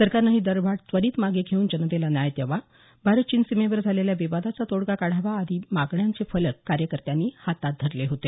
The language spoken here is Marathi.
सरकारनं ही दरवाढ त्वरित मागे घेऊन जनतेला न्याय द्यावा भारत चीन सीमेवर झालेल्या विवादाचा तोडगा काढावा आदी या मागण्यांचे फलक कार्यकर्त्यांनी हातात धरले होते